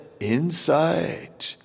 inside